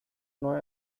neu